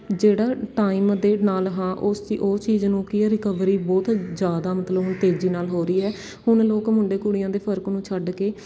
ਜਿਹੜਾ ਟਾਈਮ ਦੇ ਨਾਲ਼ ਹਾਂ ਉਸ ਚੀ ਉਹ ਚੀਜ਼ ਨੂੰ ਕੀ ਹੈ ਰੀਕਵਰੀ ਬਹੁਤ ਜ਼ਿਆਦਾ ਮਤਲਬ ਉਹ ਤੇਜ਼ੀ ਨਾਲ਼ ਹੋ ਰਹੀ ਹੈ ਹੁਣ ਲੋਕ ਮੁੰਡੇ ਕੁੜੀਆਂ ਦੇ ਫ਼ਰਕ ਨੂੰ ਛੱਡ ਕੇ